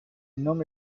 nome